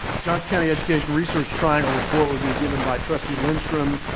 johnson county education research triangle report would be given by trustee lindstrom.